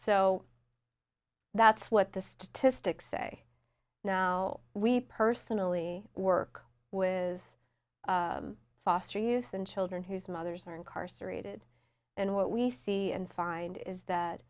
so that's what the statistics say now we personally work with foster youth and children whose mothers are incarcerated and what we see and find is that